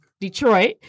Detroit